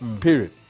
Period